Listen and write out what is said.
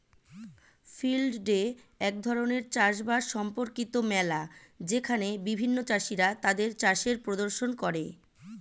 field day এক ধরণের চাষ বাস সম্পর্কিত মেলা যেখানে বিভিন্ন চাষীরা তাদের চাষের প্রদর্শন করে